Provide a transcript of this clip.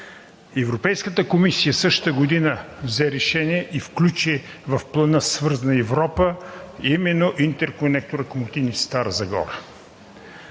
Европейската комисия същата година взе решение и включи в Плана „Свързана Европа“ именно интерконектора „Комотини – Стара Загора“.